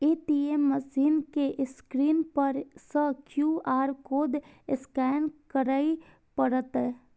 ATM machine के स्क्रीन पर सं क्यू.आर कोड स्कैन करय पड़तै